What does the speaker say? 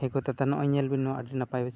ᱦᱮᱸ ᱜᱳ ᱮᱱᱛᱮᱫ ᱱᱚᱜᱼᱚᱭ ᱧᱮᱞ ᱵᱤᱱ ᱱᱚᱣᱟ ᱟᱹᱰᱤ ᱱᱟᱯᱟᱭ ᱵᱮᱥ